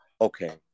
Okay